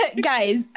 Guys